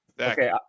Okay